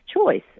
choice